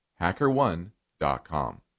HackerOne.com